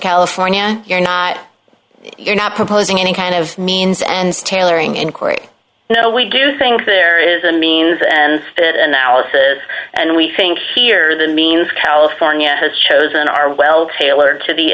california you're not you're not proposing any kind of means and tailoring in court no we do think there is a means and that analysis and we think here that means california has chosen are well tailored to